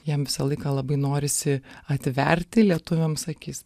jam visą laiką labai norisi atverti lietuviams akis